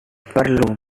perlu